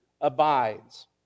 abides